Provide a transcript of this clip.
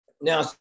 Now